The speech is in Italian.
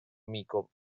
amico